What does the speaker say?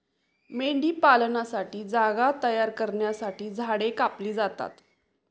मेंढीपालनासाठी जागा तयार करण्यासाठी झाडे कापली जातात